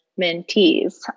mentees